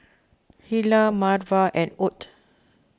Hilah Marva and Ott